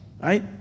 right